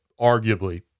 arguably